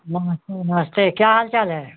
नमस्ते नमस्ते क्या हाल चाल है